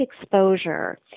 exposure